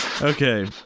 okay